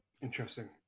Interesting